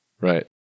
Right